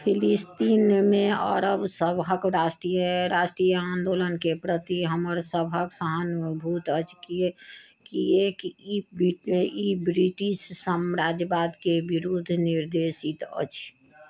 फिलिस्तीनमे अरबसभक राष्ट्रीय आन्दोलनके प्रति हमरसभक सहानुभूति अछि किएकि ई ब्रिटिश साम्राज्यवादके विरूद्ध निर्देशित अछि